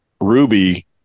Ruby